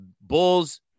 Bulls